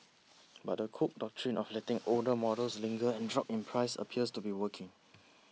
but the Cook Doctrine of letting older models linger and drop in price appears to be working